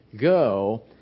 go